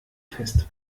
fest